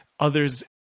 others